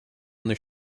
their